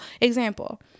example